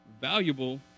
valuable